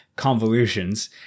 Convolutions